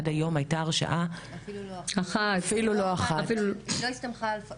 אפילו המעבדה הזו,